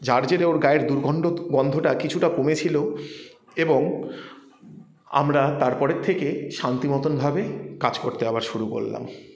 যার জেরে ওর গায়ের দুর্গন্ড গন্ধটা কিছুটা কমেছিলো এবং আমরা তারপরের থেকে শান্তি মতন ভাবে কাজ করতে আবার শুরু করলাম